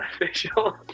official